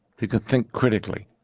who can think critically,